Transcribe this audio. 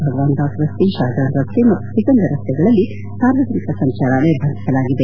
ಭಗವಾನ್ ದಾಸ್ ರಸ್ತೆ ಶಹಜಹಾನ್ ರಸ್ತೆ ಮತ್ತು ಸಿಕಂದರ ರಸ್ತೆಗಳಲ್ಲಿ ಸಾರ್ವಜನಿಕ ಸಂಚಾರ ನಿರ್ಬಂಧಿಸಲಾಗಿದೆ